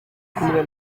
kumwe